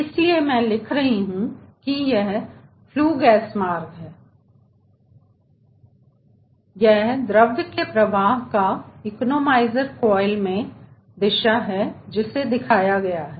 इसलिए मैं लिख सकता हूं कि यह फ्लू गैस मार्ग है यह द्रव के प्रवाह का इकोनोमाइजर कोएल में दिशा है जिसे दिखाया गया है